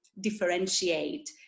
differentiate